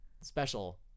special